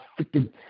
freaking